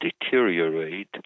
deteriorate